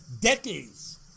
decades